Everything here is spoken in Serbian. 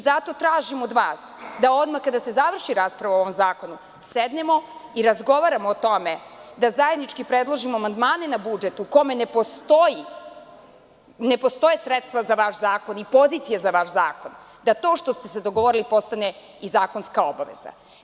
Zato tražim od vas da odmah kada se završi rasprava o ovom zakonu sednemo i razgovaramo o tome da zajednički predložimo amandmane na budžet, u kome ne postoje sredstva za vaš zakon i pozicija za vaš zakon, da to što ste se dogovorili postane i zakonska obaveza.